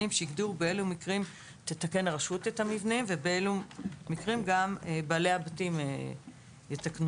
שהגדירו באילו מקרים תתקן הרשות את המבנה ובאילו מקרים בעלי הבתים יתקנו.